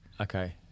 Okay